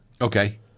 okay